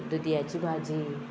दुदयाची भाजी